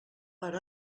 per